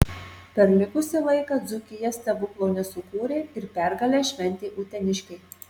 per likusį laiką dzūkija stebuklo nesukūrė ir pergalę šventė uteniškiai